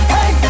Hey